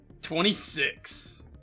26